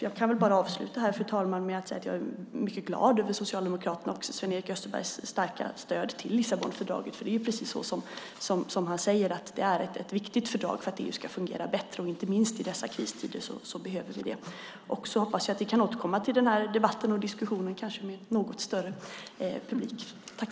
Jag kan bara avsluta, fru talman, med att säga att jag är mycket glad över Socialdemokraternas och Sven-Erik Österbergs starka stöd för Lissabonfördraget. Det är precis så, som han säger, att det är ett viktigt fördrag för att EU ska fungera bättre. Inte minst i dessa kristider behöver vi det. Jag hoppas att vi kan återkomma till den här debatten och diskussionen, kanske med något större publik.